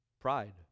Pride